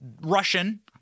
Russian